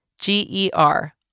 G-E-R